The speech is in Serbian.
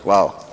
Hvala.